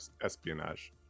espionage